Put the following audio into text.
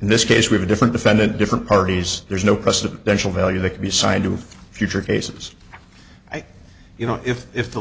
in this case we have different defendant different parties there's no presidential value that can be assigned to future cases you know if if the